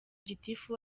gitifu